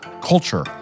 culture